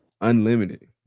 unlimited